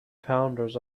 founders